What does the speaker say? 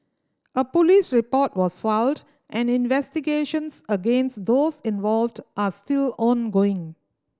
a police report was filed and investigations against those involved are still ongoing